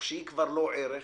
וכשהיא כבר לא ערך,